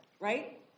right